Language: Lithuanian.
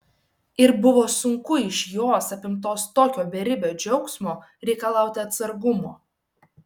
ir buvo sunku iš jos apimtos tokio beribio džiaugsmo reikalauti atsargumo